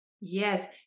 Yes